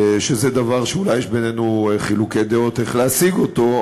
שזה דבר שאולי יש בינינו חילוקי דעות איך להשיג אותו,